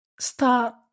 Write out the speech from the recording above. Start